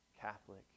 Catholic